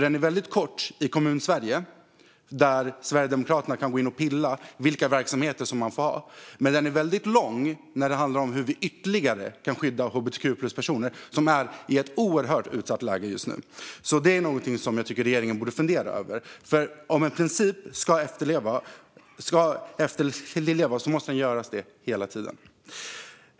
Den är väldigt kort i Kommunsverige, där Sverigedemokraterna kan gå in och pilla i vilka verksamheter man får ha. Men den är väldigt lång när det handlar om hur vi ytterligare kan skydda hbtq-plus-personer som är i ett oerhört utsatt läge just nu. Det är någonting som jag tycker att regeringen borde fundera över. Om en princip ska efterlevas måste det göras hela tiden.